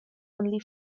only